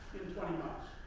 in twenty months.